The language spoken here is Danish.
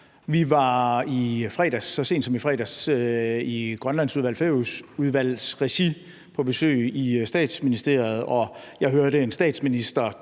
som i fredags i Grønlandsudvalgets og Færøudvalgets regi på besøg i Statsministeriet, og jeg hørte en statsminister